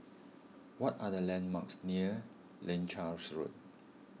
what are the landmarks near Leuchars Road